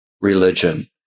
religion